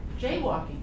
jaywalking